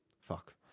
Fuck